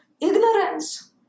ignorance